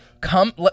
come